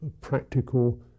practical